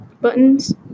buttons